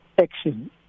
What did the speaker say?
action